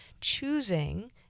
choosing